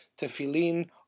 Tefillin